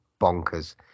bonkers